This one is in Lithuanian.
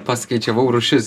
paskaičiavau rūšis